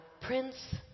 Prince